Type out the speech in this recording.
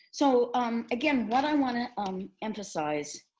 so um again, what i want to um emphasize